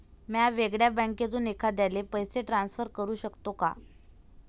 म्या वेगळ्या बँकेतून एखाद्याला पैसे ट्रान्सफर करू शकतो का?